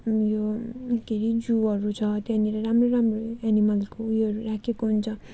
यो के अरे जुहरू छ त्यहाँनिर राम्रो राम्रो एनिमलको ऊ योहरू राखेको हुन्छ